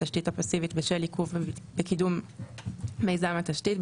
התשתית הפסיבית בשל עיכוב בקידום מיזם התשתית,